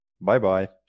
bye-bye